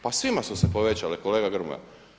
Pa svima su se povećali kolega Grmoja.